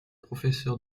professeur